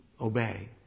obey